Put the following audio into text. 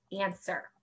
answer